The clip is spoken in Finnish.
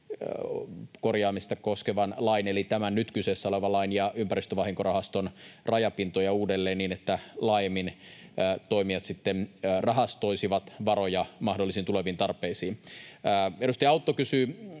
korjaamista koskevan lain eli tämän nyt kyseessä olevan lain ja ympäristövahinkorahaston rajapintoja uudelleen niin, että toimijat sitten laajemmin rahastoisivat varoja mahdollisiin tuleviin tarpeisiin. Edustaja Autto kysyi